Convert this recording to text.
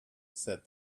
said